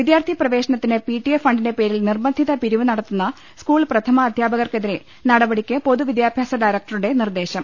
വിദ്യാർത്ഥി പ്രവേശനത്തിന് പിടിഎ ഫണ്ടിന്റെ പേരിൽ നിർബന്ധിത പിരിവ് നടത്തുന്ന സ്കൂൾ പ്രഥമാധ്യാപകർക്കെ തിരെ നടപടിക്ക് പൊതുവിദ്യാഭ്യാസ ഡയറക്ടറുടെ നിർദേശം